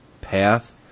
path